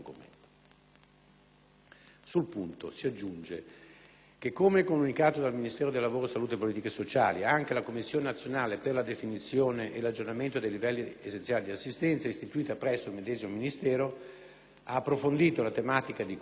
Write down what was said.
Sul punto si aggiunge che, come comunicato dal Ministero del lavoro, salute e politiche sociali, anche la commissione nazionale per la definizione e l'aggiornamento dei livelli essenziali di assistenza - istituita presso il medesimo Ministero - ha approfondito la problematica di cui trattasi